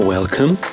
Welcome